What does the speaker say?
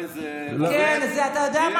זה עדיין תקף?